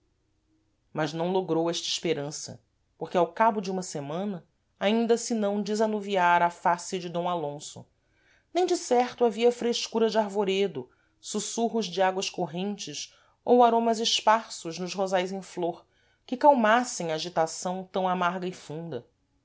mas não logrou esta esperança porque ao cabo de uma semana ainda se não desanuviara a face de d alonso nem de certo havia frescura de arvoredos sussurros de águas correntes ou aromas esparsos nos rosais em flor que calmassem agitação tam amarga e funda